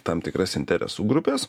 tam tikras interesų grupes